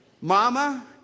Mama